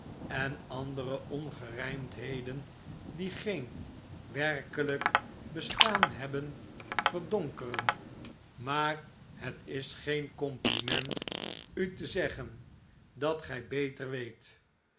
en andere ongerijmdheden die geen werkelijk bestaan hebben verdonkeren maar het is geen compliment u te zeggen dat gij beter weet